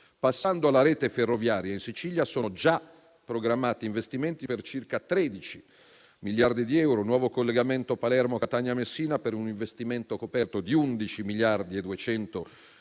Passando alla rete ferroviaria, in Sicilia sono già programmati investimenti per circa 13 miliardi di euro. Per il nuovo collegamento Palermo-Catania-Messina è previsto un investimento coperto di 11,2 miliardi di euro.